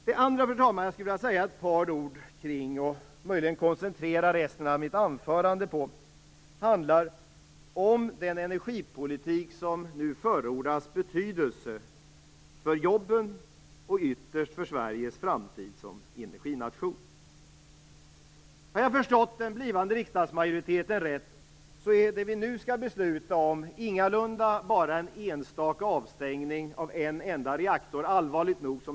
Det andra som jag skulle vilja säga ett par ord kring och möjligen koncentrera resten av mitt anförande på handlar om betydelsen av den energipolitik som nu förordas när det gäller jobben och ytterst för Sveriges framtid som energination. Har jag förstått den blivande riksdagsmajoriteten rätt är det som vi nu skall besluta om ingalunda bara en enstaka avstängning av en enda reaktor, och detta är allvarligt nog.